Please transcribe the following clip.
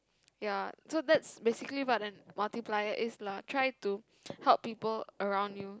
ya so that's basically what a multiplier is lah try to help people around you